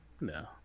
No